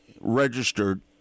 registered